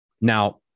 Now